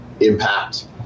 impact